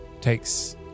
takes